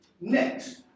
next